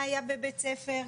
מה היה בבית ספר,